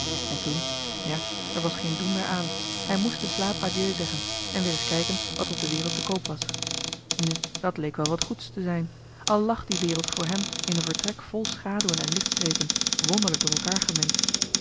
van michiel de ruijter was geen doen meer aan hij moest den slaap adieu zeggen en weer eens kijken wat er op de wereld te koop was nu dat leek wel wat goeds te zijn al lag die wereld voor hem in een vertrek vol schaduwen en lichtstrepen wonderlijk door elkaar gemengd